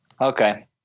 Okay